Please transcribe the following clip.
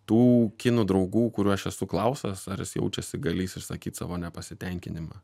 tų kinų draugų kurių aš esu klausęs ar jis jaučiasi galį išsakyt savo nepasitenkinimą